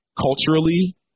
culturally